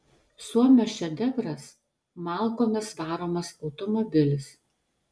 suomio šedevras malkomis varomas automobilis